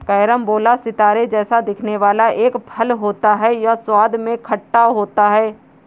carambola सितारे जैसा दिखने वाला एक फल होता है यह स्वाद में खट्टा होता है